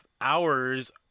hours